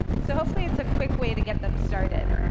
so hopefully, it's a quick way to get them started.